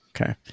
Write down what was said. Okay